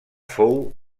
fou